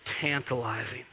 tantalizing